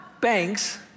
Banks